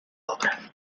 obra